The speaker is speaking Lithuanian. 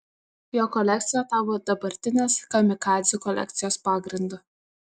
jo kolekcija tapo dabartinės kamikadzių kolekcijos pagrindu